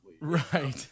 Right